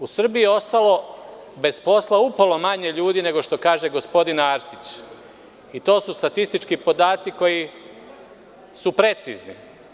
U Srbiji je ostalo bez posla upola manje ljudi, nego što kaže gospodin Arsić, i to su statistički podaci koji su precizni.